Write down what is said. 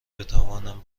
بتوانم